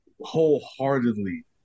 wholeheartedly